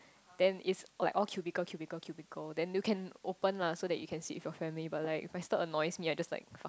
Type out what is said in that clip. then it's like all cubicle cubicle cubicle then you can open lah so that you can sit with your family but like if it still annoys me I just like fuck